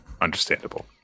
understandable